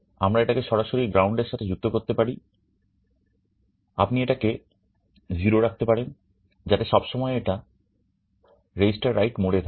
আমরা এটাকে সরাসরি গ্রাউন্ড এর সাথে যুক্ত করতে পারি আপনি এটাকে 0 রাখতে পারেন যাতে এটা সবসময় রেজিস্টার write মোড এ থাকে